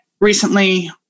recently